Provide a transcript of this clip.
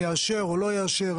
יאשר או לא יאשר.